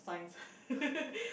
science